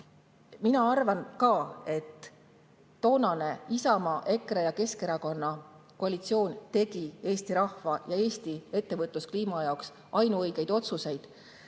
Mina arvan ka, et toonane Isamaa, EKRE ja Keskerakonna koalitsioon tegi Eesti rahva ja Eesti ettevõtluskliima jaoks ainuõigeid otsuseid.